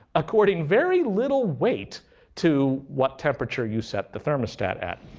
according very little weight to what temperature you set the thermostat at.